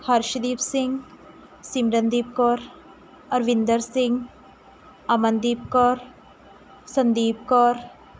Harshdeep Singh Simrandeep Kaur Arvinder Singh Amandeep Kaur Sandeep Kaur